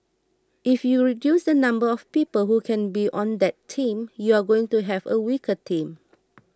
if you reduce the number of people who can be on that team you're going to have a weaker team